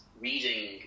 reading